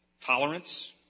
tolerance